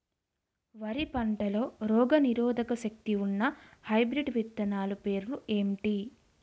వరి పంటలో రోగనిరోదక శక్తి ఉన్న హైబ్రిడ్ విత్తనాలు పేర్లు ఏంటి?